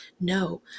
No